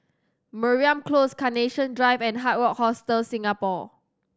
Mariam Close Carnation Drive and Hard Rock Hostel Singapore